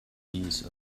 peace